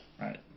Right